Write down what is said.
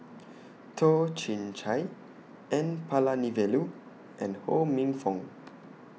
Toh Chin Chye N Palanivelu and Ho Minfong